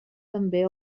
també